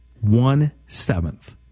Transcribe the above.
One-seventh